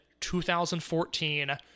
2014